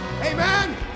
Amen